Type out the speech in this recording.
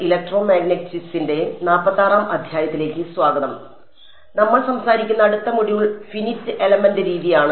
അതിനാൽ നമ്മൾ സംസാരിക്കുന്ന അടുത്ത മൊഡ്യൂൾ ഫിനിറ്റ് എലമെന്റ് രീതിയാണ്